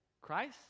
Christ